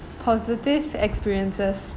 positive experiences